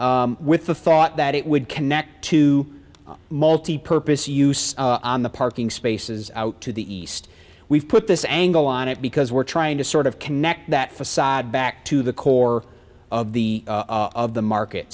with the thought that it would connect to the multi purpose use on the parking spaces out to the east we've put this angle on it because we're trying to sort of connect that faade back to the core of the of the market